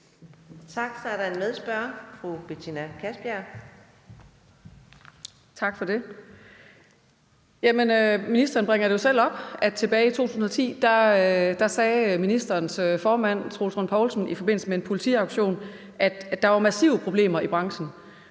Kastbjerg. Kl. 16:06 Betina Kastbjerg (DD): Tak for det. Ministeren bringer jo selv op, at tilbage i 2010 sagde ministerens formand, Troels Lund Poulsen, i forbindelse med en politiaktion, at der var massive problemer i branchen.